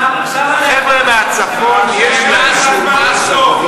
עכשיו החבר'ה מהצפון, יש להם משהו,